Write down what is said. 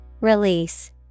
Release